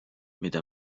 mida